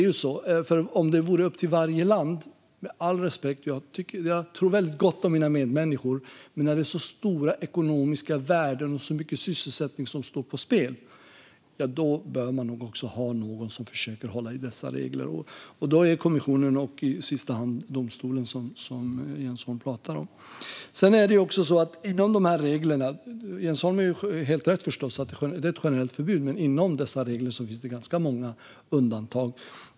Jag tror väldigt gott om mina medmänniskor, men i fråga om att det skulle vara upp till varje land när så stora ekonomiska värden och så mycket sysselsättning står på spel bör man ha någon som försöker hålla i dessa regler. Det är då kommissionen och i sista hand domstolen, som Jens Holm pratar om. Jens Holm har förstås helt rätt i att det är ett generellt förbud. Men inom dessa regler finns det ganska många undantag.